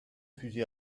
fusil